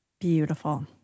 Beautiful